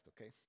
okay